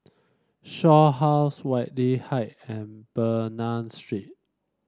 Shaw House Whitley Height and Bernam Street